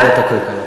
ועדת הכלכלה.